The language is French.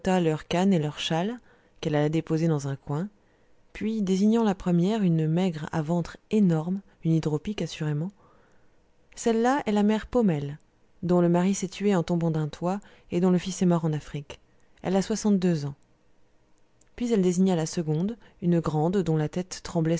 leurs cannes et leurs châles qu'elle alla déposer dans un coin puis désignant la première une maigre à ventre énorme une hydropique assurément celle-là est la mère paumelle dont le mari s'est tué en tombant d'un toit et dont le fils est mort en afrique elle a soixante-deux ans puis elle désigna la seconde une grande dont la tête tremblait